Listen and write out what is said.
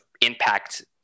impact